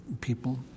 people